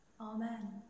Amen